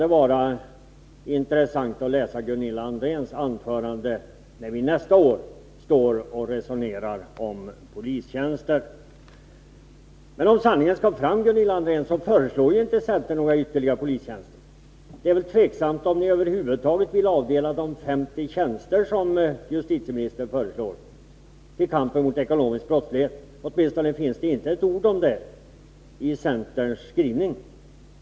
Det kan vara intressant att läsa Gunilla Andrés anförande när vi nästa år står och resonerar om polistjänster. Men om sanningen skall fram, Gunilla André, så föreslår ju inte centern några ytterligare polistjänster. Det är väl tveksamt om ni över huvud taget vill avdela de 50 tjänster som justitieministern föreslår till kampen mot ekonomisk brottslighet. Det finns åtminstone inte ett ord om det i centerns skrivning.